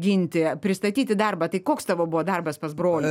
ginti pristatyti darbą tai koks tavo buvo darbas pas brolį